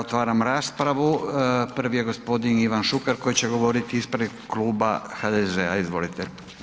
Otvaram raspravu, prvi je g. Ivan Šuker koji će govoriti ispred Kluba HDZ-a, izvolite.